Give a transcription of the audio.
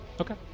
Okay